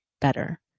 better